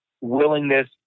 willingness